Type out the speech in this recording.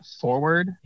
forward